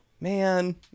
man